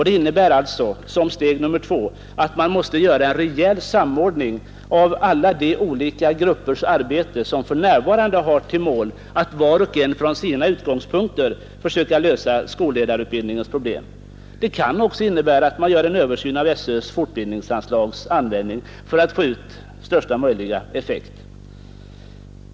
Det innebär alltså som steg nr 2 att man måste göra en rejäl samordning av alla de olika gruppers arbete som för närvarande har till mål att, var och en från sina utgångspunkter, försöka lösa skolledarutbildningens problem. Det kan också innebära att man gör en översyn av användningen av SÖ:s fortbildningsanslag för att få ut största möjliga effekt.